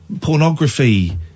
pornography